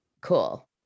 cool